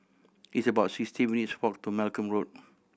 it's about sixty minutes' walk to Malcolm Road